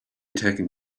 taken